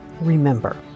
remember